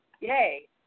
yay